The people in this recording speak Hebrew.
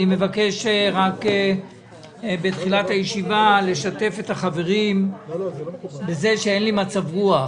אני מבקש בתחילת הישיבה לשתף את החברים בזה שאין לי מצב רוח.